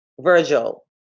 Virgil